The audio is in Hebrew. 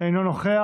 אינו נוכח.